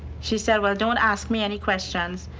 she said, well don't ask me any questions,